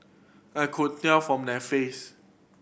I could tell from their face